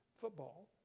football